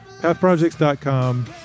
pathprojects.com